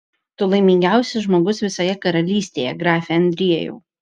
tu laimingiausias žmogus visoje karalystėje grafe andriejau